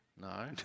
No